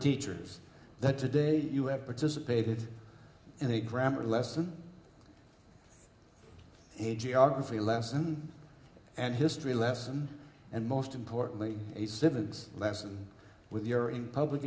teachers that today you have participated in a grammar lesson a geography lesson and history lesson and most importantly a civil lesson with your in public